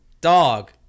dog